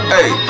Hey